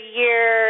year